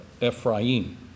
Ephraim